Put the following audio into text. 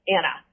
Anna